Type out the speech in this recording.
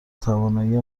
توانایی